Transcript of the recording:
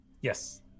Yes